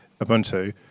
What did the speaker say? ubuntu